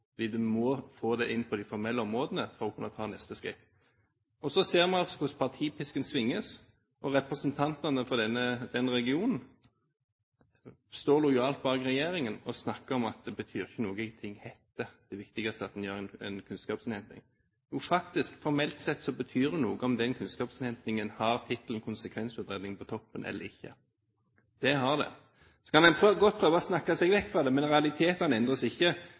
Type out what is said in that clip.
Vi må få det inn på de formelle områdene for å kunne ta neste skritt. Og så ser man hvordan partipisken svinges, og representantene for denne regionen står lojalt bak regjeringen og snakker om at det betyr ikke noen ting hva det heter, det viktigste er at en gjør en kunnskapsinnhenting. Faktisk, formelt sett, betyr det noe om den kunnskapsinnhentingen har tittelen «konsekvensutredning» på toppen eller ikke. Det har det. Så kan man godt prøve å snakke seg vekk fra det, men realitetene endrer seg ikke